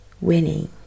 Winning